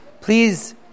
Please